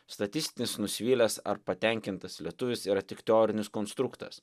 statistinis nusivylęs ar patenkintas lietuvis yra tik teorinis konstruktas